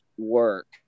Work